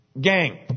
gang